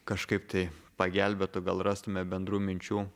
kažkaip tai pagelbėtų gal rastume bendrų minčių